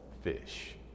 fish